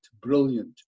brilliant